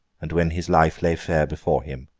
and when his life lay fair before him.